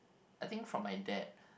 I think for my dad